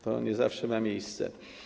To nie zawsze ma miejsce.